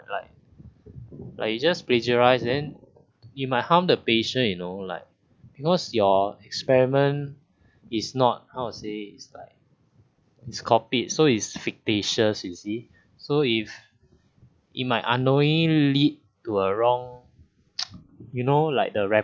like like you just plagiarize then you might harm the patient you know like because your experiment is not how to say it's like it's copied so it's fictitious you see so if it might unknowingly lead to a wrong you know like the